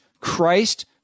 Christ